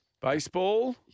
Baseball